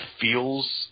feels